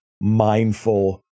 mindful